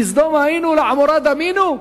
לסדום היינו, לעמורה דמינו.